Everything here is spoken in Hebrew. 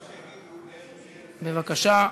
בבקשה.